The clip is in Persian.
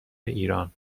ایران